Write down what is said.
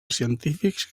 científics